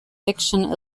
fiction